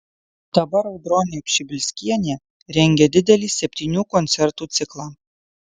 dabar audronė pšibilskienė rengia didelį septynių koncertų ciklą